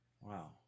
wow